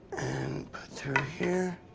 and. put through here.